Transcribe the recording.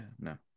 No